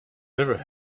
never